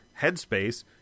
headspace